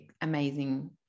amazing